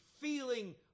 feeling